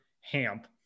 Hamp